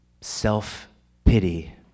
self-pity